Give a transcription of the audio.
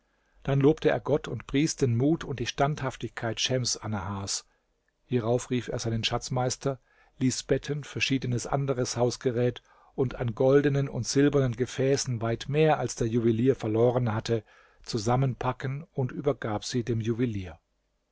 dann lobte er gott und pries den mut und die standhaftigkeit schems annahars hierauf rief er seinen schatzmeister ließ betten verschiedenes anderes hausgerät und an goldenen und silbernen gefäßen weit mehr als der juwelier verloren hatte zusammenpacken und übergab sie dem juwelier